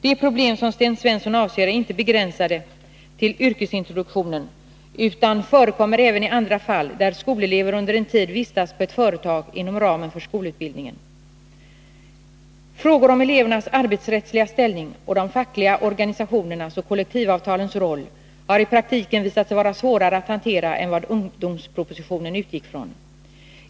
De problem som Sten Svensson avser är inte begränsade till yrkesintroduktionen utan förekommer även i andra fall där skolelever under en tid vistas på ett företag inom ramen för skolutbildningen. Frågor om elevernas arbetsrättsliga ställning och de fackliga organisationernas och kollektivavtalens roll har i praktiken visat sig vara svårare att hantera än vad ungdomspropositionen utgick från.